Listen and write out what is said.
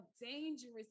dangerous